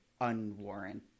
unwarranted